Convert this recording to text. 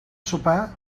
sopar